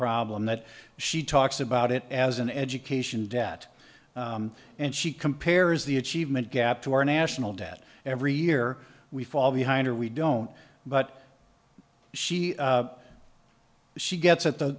problem that she talks about it as an education debt and she compares the achievement gap to our national debt every year we fall behind or we don't but she she gets at the